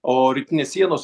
o rytinės sienos